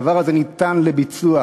הדבר הזה ניתן לביצוע